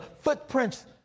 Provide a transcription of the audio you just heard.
footprints